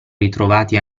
ritrovati